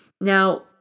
Now